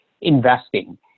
investing